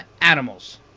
animals